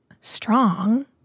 strong